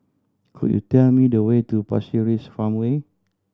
could you tell me the way to Pasir Ris Farmway